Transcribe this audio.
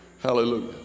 hallelujah